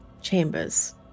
chambers